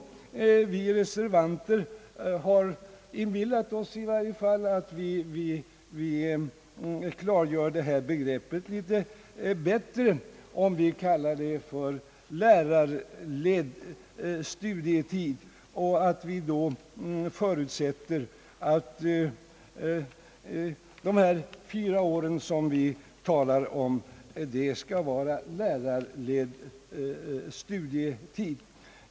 Vi reservanter har inbillat oss att vi klargör begreppet bättre om vi kallar det för »lärarledd studietid», och vi förutsätter att dessa fyra år som vi talar om skall vara lärarledd studietid.